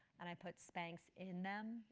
and i put spanx in them,